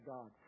God